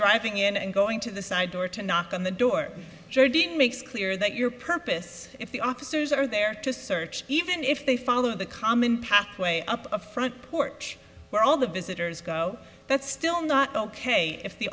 driving and going to the side door to knock on the door jodi makes clear that your purpose if the officers are there to search even if they follow the common pathway up a front porch where all the visitors go that's still not ok if the